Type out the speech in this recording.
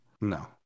No